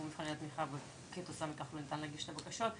מבחני התמיכה וכתוצאה מכך לא ניתן להגיש את הבקשות,